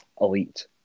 elite